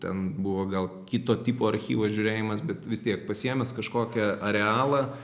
ten buvo gal kito tipo archyvo žiūrėjimas bet vis tiek pasiėmęs kažkokį arealą